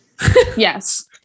Yes